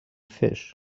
fish